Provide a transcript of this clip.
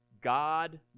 God